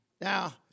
Now